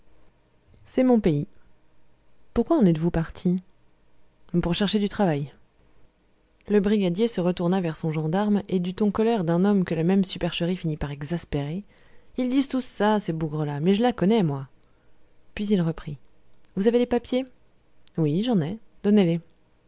c'est mon pays pourquoi en êtes-vous parti pour chercher du travail le brigadier se retourna vers son gendarme et du ton colère d'un homme que la même supercherie finit par exaspérer ils disent tous ça ces bougres là mais je la connais moi puis il reprit vous avez des papiers oui j'en ai